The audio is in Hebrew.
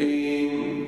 אדוני היושב-ראש,